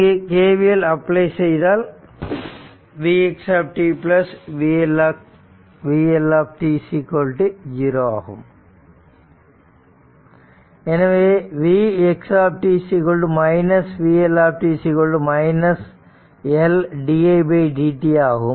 இங்கு KVL apply செய்தால் v x t vLt 0 ஆகும் எனவே v x t vLt L did t ஆகும்